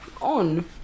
on